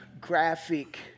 graphic